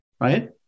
right